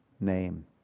name